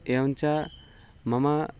एवं च मम